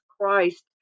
Christ